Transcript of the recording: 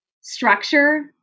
structure